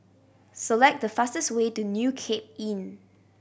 select the fastest way to New Cape Inn